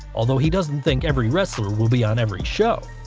um though he doesn't think every wrestler will be on every show.